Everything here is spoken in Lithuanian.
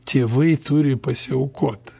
tėvai turi pasiaukot